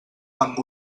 amb